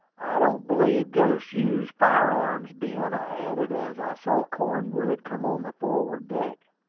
i don't believe ghosts use fire-arms, ben, i added, as i saw cornwood come on the forward deck.